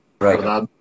right